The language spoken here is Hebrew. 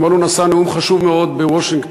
אתמול הוא נשא נאום חשוב מאוד בוושינגטון.